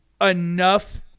enough